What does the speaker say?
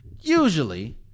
usually